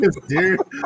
Dude